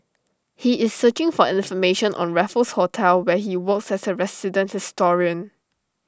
he is searching for information on Raffles hotel where he works as A resident historian